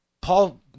Paul